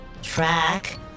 track